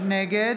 נגד